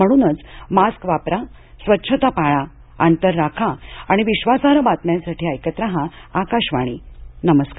म्हणूनच मास्क वापरा स्वछता पाळा अंतर राखा आणि विश्वासार्ह बातम्यांसाठी ऐकत राहा आकाशवाणी नमस्कार